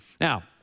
Now